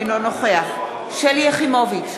אינו נוכח שלי יחימוביץ,